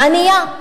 ענייה,